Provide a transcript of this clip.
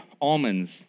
almonds